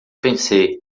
pensei